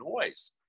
noise